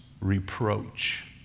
reproach